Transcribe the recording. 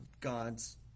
God's